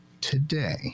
today